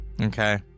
Okay